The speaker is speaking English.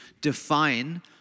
define